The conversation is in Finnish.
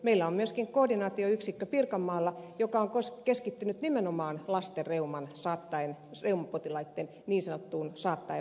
meillä on myöskin koordinaatioyksikkö pirkanmaalla joka on keskittynyt nimenomaan lastenreumapotilaitten niin sanottuun saattaen vaihtamiseen